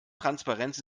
transparenz